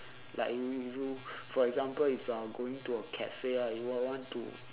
like you review for example if you are going to a cafe right you might want to